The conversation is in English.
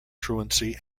truancy